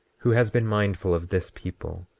who has been mindful of this people,